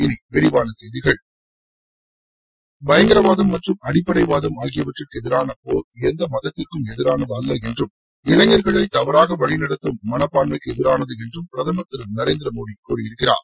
இனி விரிவான செய்திகள் பயங்கரவாதம் மற்றும் அடிப்படை வாதம் ஆகியவற்றுக்கு எதிரான போர் எந்த மதத்திற்கும் எதிரானது அல்ல என்றும் இளைஞர்களை தவறாக வழிநடத்தும் மனப்பான்மைக்கு எதிரானது என்றும் பிரதமர் திரு நரேந்திரமோடி கூறியிருக்கிறார்